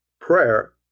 prayer